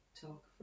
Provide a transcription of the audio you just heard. talk